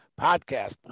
podcast